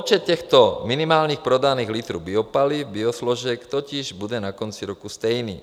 Součet těchto minimálních prodaných litrů biopaliv biosložek totiž bude na konci roku stejný.